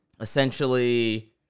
Essentially